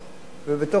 לפי מיטב ידיעתי,